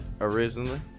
originally